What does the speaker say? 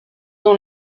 dans